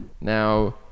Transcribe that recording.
now